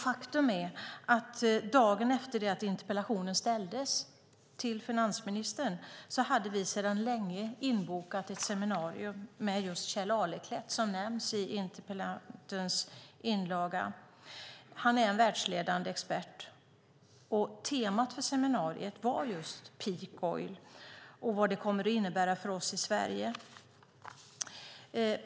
Faktum är att när interpellationen ställdes till finansministern hade vi sedan länge bokat ett seminarium med just Kjell Aleklett, som nämns i interpellationen. Han är en världsledande expert. Temat för seminariet var just peak oil och vad det kommer att innebära för oss i Sverige.